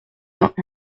vingt